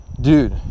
dude